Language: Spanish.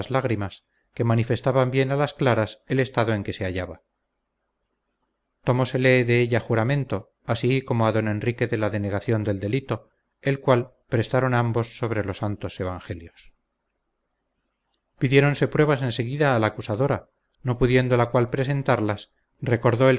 lágrimas que manifestaban bien a las claras el estado en que se hallaba tomósele de ella juramento así corno a don enrique de la denegación del delito el cual prestaron ambos sobre los santos evangelios pidiéronse pruebas en seguida a la acusadora no pudiendo la cual presentarlas recordó